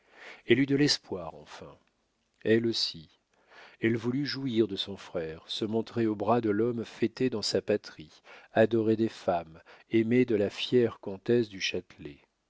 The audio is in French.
elle eut de l'espoir enfin elle aussi elle voulut jouir de son frère se montrer au bras de l'homme fêté dans sa patrie adoré des femmes aimé de la fière comtesse du